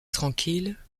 tranquille